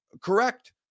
correct